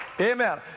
Amen